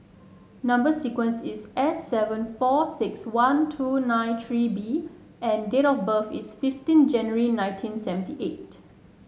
number sequence is S seven four six one two nine three B and date of birth is fifteen January nineteen seventy eight